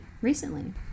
recently